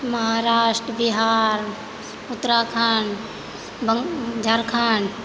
Maharashtra Bihar Uttarakhand Jharkhand